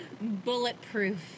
Bulletproof